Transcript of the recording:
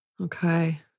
Okay